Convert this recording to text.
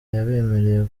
yabemereye